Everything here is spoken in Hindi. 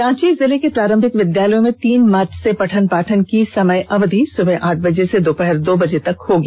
रांची जिले के प्रारंभिक विद्यालयों में तीन मार्च से पठन पाठन की समयाअवधि सुबह आठ बजे से दोपहर दो बजे तक होगी